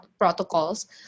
protocols